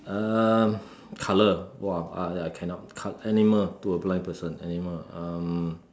um colour !wah! I I cannot co~ animal to a blind person animal um